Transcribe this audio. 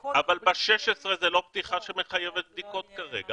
לחודש -- אבל ב-16 זו לא פתיחה שמחייבת בדיקות כרגע.